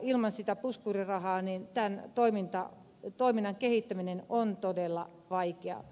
ilman sitä puskuriraha toiminnan kehittäminen on todella vaikeaa